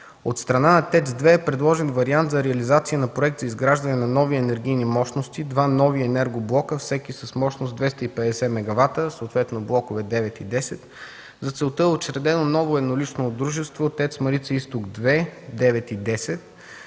От страна на ТЕЦ 2 е предложен вариант за реализация на проект за изграждане на нови енергийни мощности, два нови енергоблока – всеки с мощност 250 мегавата, съответно блокове ІХ и Х. За целта е учредено ново еднолично дружество – ТЕЦ „Марица Изток 2 – ІХ